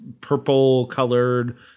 purple-colored